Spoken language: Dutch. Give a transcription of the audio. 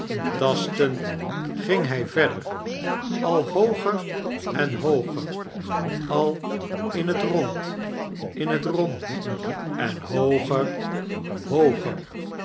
tastend ging hij verder al hooger en hooger al in t rond in t rond en hooger hooger